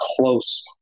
close